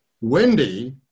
Wendy